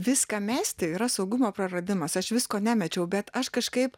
viską mesti yra saugumo praradimas aš visko nemečiau bet aš kažkaip